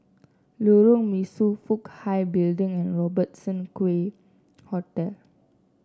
Lorong Mesu Fook Hai Building and Robertson Quay Hotel